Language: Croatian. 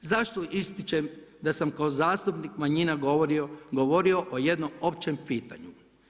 Zašto ističem da sam kao zastupnik manjina govorio o jednom općem pitanju?